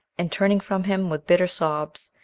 and turning from him with bitter sobs,